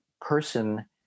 person